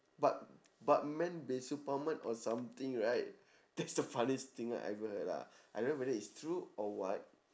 but batman bin suparman or something right that's the funniest thing I've ever heard lah I don't know whether it's true or what